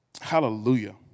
Hallelujah